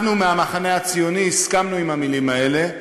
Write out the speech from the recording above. אנחנו מהמחנה הציוני הסכמנו עם המילים האלה,